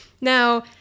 Now